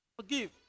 Forgive